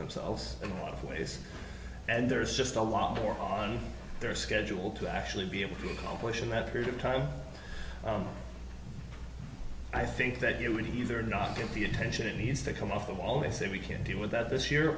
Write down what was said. themselves in a lot of ways and there's just a lot more on their schedule to actually be able to accomplish in record time i think that you would either not get the attention it needs to come off the wall they say we can't deal with that this